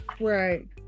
Right